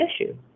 issue